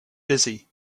busy